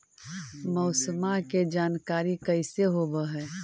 मौसमा के जानकारी कैसे होब है?